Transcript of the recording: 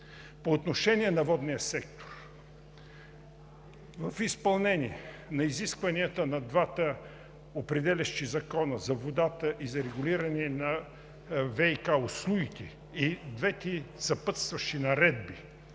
По отношение на водния сектор. В изпълнение на изискванията на двата определящи закона за водата и за регулиране на ВиК услугите и двете съпътстващи наредби